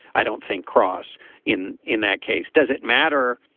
i don't think cross in in that case. does it matter?